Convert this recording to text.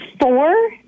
four